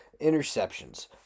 interceptions